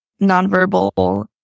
nonverbal